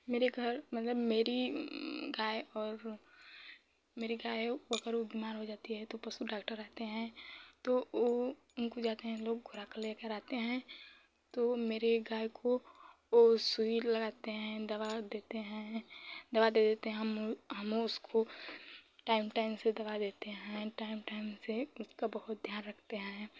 मेरे घर मतलब मेरी गाय और मेरी गाय अगर बीमार हो जाती हैं तो वह पशु डॉक्टर आते हैं तो वह उनको जाते हैं लोग बुलाकर लेकर आते हैं तो मेरी गाय को वह सूई लगाते हैं दवा देते हैं दवा दे देते हैं हम हम उसको टाइम टाइम से दवा देते हैं टाइम टाइम से उसका बहुत ध्यान रखते हैं